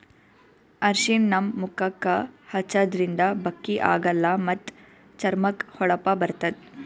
ಅರ್ಷಿಣ ನಮ್ ಮುಖಕ್ಕಾ ಹಚ್ಚದ್ರಿನ್ದ ಬಕ್ಕಿ ಆಗಲ್ಲ ಮತ್ತ್ ಚರ್ಮಕ್ಕ್ ಹೊಳಪ ಬರ್ತದ್